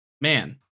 man